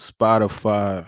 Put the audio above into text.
Spotify